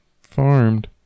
farmed